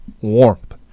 Warmth